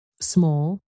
Small